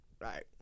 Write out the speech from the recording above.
Right